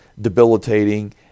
debilitating